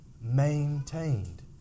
maintained